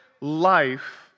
Life